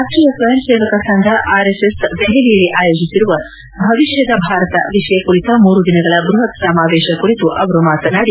ರಾಷ್ಟೀಯ ಸ್ವಯಂಸೇವಕ ಸಂಘ ಆರ್ಎಸ್ಎಸ್ ದೆಹಲಿಯಲ್ಲಿ ಆಯೋಜಿಸಿರುವ ಭವಿಷ್ಠದ ಭಾರತ ವಿಷಯ ಕುರಿತ ಮೂರು ದಿನಗಳ ಬೃಹತ್ ಸಮಾವೇಶ ಕುರಿತು ಅವರು ಮಾತನಾಡಿ